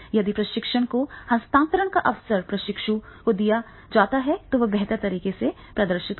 यदि प्रशिक्षण के हस्तांतरण का अवसर प्रशिक्षु को दिया जाता है तो वह बेहतर तरीके से प्रदर्शित कर सकेगा